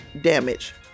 damage